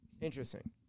Interesting